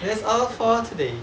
that's all for today